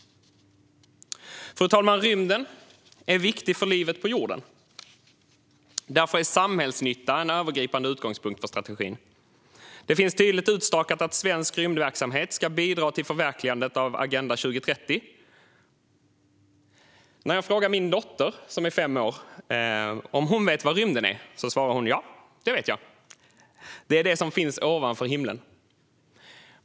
Fru talman! Rymden är viktig för livet på jorden. Därför är samhällsnytta en övergripande utgångspunkt för strategin. Det finns tydligt utstakat att svensk rymdverksamhet ska bidra till förverkligandet av Agenda 2030. När jag frågade min dotter, som är fem år, om hon vet vad rymden är svarade hon: Ja, det vet jag. Det är det som finns ovanför himlen!